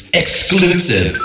exclusive